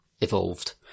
evolved